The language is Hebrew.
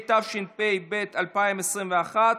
התשפ"ב 2022,